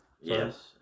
Yes